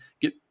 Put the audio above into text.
get